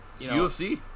UFC